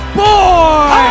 boy